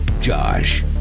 Josh